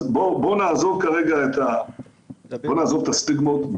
אז בואו נעזוב את הסטיגמות כרגע,